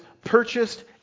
purchased